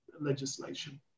legislation